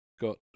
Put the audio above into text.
got